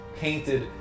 painted